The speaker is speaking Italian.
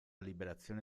liberazione